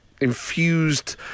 infused